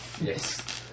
Yes